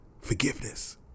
forgiveness